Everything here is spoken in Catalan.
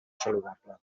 saludable